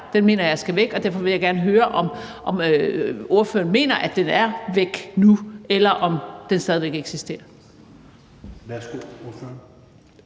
Den mener jeg skal væk. Derfor vil jeg gerne høre, om ordføreren mener, at den er væk nu, eller om den stadig væk eksisterer.